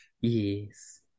Yes